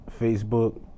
Facebook